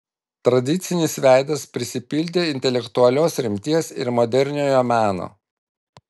tradicinis veidas prisipildė intelektualios rimties ir moderniojo meno